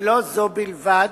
ולא זו בלבד,